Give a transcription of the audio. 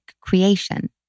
creation